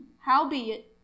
Howbeit